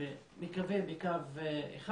אני מקווה, בקו אחד.